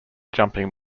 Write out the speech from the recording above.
jumping